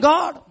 God